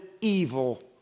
evil